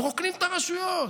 "מרוקנים את הרשויות",